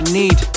need